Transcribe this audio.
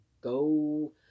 go